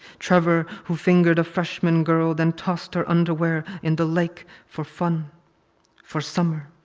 trevor who fingered a freshman girl then tossed her underwear in the lake for fun for summer.